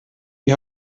die